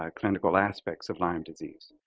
ah clinical aspects of lyme disease.